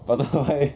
butterfly